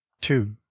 two